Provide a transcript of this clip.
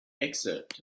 excerpt